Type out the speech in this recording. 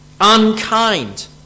unkind